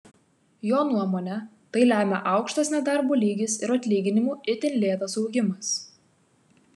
jo nuomone tai lemia aukštas nedarbo lygis ir atlyginimų itin lėtas augimas